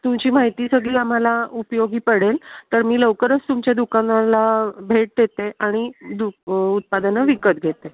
तुमची माहिती सगळी आम्हाला उपयोगी पडेल तर मी लवकरच तुमच्या दुकानाला भेट देते आणि दु उत्पादनं विकत घेते